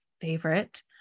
favorite